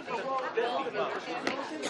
חבריי,